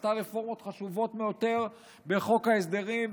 היא עשתה רפורמות חשובות ביותר בחוק ההסדרים,